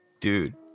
Dude